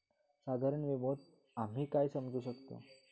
साधारण विमो आम्ही काय समजू शकतव?